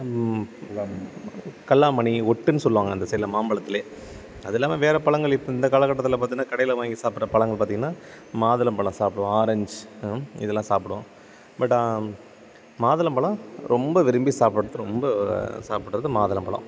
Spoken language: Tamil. கல்லாமணி ஒட்டுன்னு சொல்வாங்க அந்த சைடில் மாம்பழத்துலே அது இல்லாமல் வேறு பழங்கள் இப்போ இந்த காலகட்டத்தில் பாத்தோம்னா கடையில் வாங்கி சாப்பிட்ற பழங்க பார்த்திங்கனா மாதுளம்பழம் சாப்பிடுவோம் ஆரஞ்ச் இதெல்லாம் சாப்பிடுவோம் பட் மாதுளம்பழம் ரொம்ப விரும்பி சாப்பிட்றது ரொம்ப சாப்பிடுறது மாதுளம்பழம்